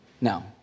no